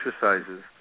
exercises